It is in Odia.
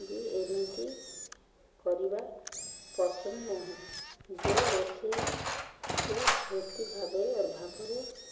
ବି ଏମିତି କରିବା ପସନ୍ଦ ନୁହେଁ ଯେ ରୋଷେଇକୁ ବୃତ୍ତି ଭାବରେ ଭାବରେ